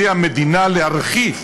בידי המדינה, להרחיב,